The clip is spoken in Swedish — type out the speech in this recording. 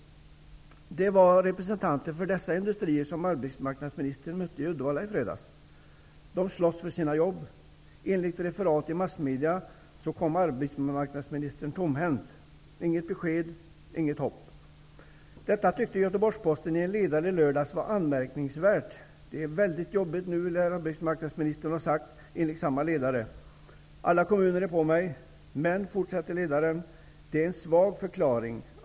Det var representanter för dessa industrier som arbetsmarknadsministern mötte i Uddevalla i fredags. De slåss för sina jobb. Enligt referat i massmedia kom arbetsmarknadsministern tomhänt. Inget besked, inget hopp. Detta tyckte Göteborgs-Posten i en ledare i lördags var anmärkningsvärt. Det är väldigt jobbigt nu, lär arbetsmarknadsministern ha sagt, enligt samma ledare. Alla kommuner är på honom. Men, fortsätter ledaren, det är en svag förklaring.